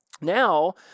Now